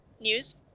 news